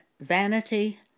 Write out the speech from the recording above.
vanity